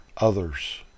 others